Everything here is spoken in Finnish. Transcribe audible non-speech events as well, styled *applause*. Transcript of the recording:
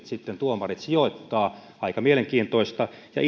*unintelligible* sitten sijoittaa aika mielenkiintoista ja *unintelligible*